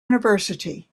university